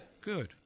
Good